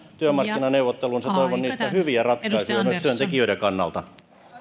työmarkkinaneuvottelunsa toivon niistä hyviä ratkaisuja myös työntekijöiden kannalta